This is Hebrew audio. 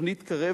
תוכנית קרב,